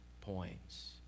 points